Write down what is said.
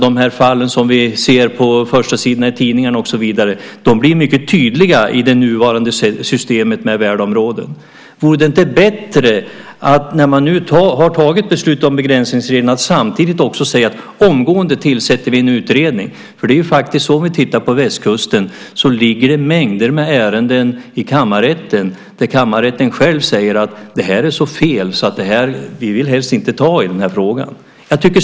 De fallen vi ser på förstasidorna i tidningarna, och så vidare, blir mycket tydliga i det nuvarande systemet med värdeområden. Vore det inte bättre, när man nu har fattat beslut om begränsningsregeln, att samtidigt säga: Vi tillsätter omgående en utredning? Det är faktiskt så, om vi tittar på västkusten, att det ligger mängder med ärenden i kammarrätten. Kammarrätten säger själv: Det här är så fel att vi helst inte vill ta i den frågan.